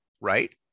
right